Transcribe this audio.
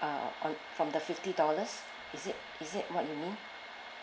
uh on from the fifty dollars is it is it what you mean